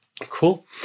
Cool